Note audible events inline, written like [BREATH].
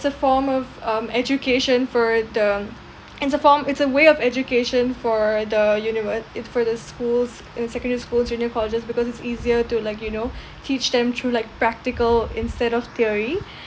is a form of um education for the [NOISE] it's a form it's a way of education for the invert it for the schools and secondary schools junior colleges because it's easier to like you know [BREATH] teach them through like practical instead of theory [BREATH]